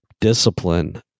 discipline